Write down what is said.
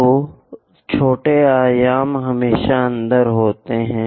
तो छोटे आयाम हमेशा अंदर होते हैं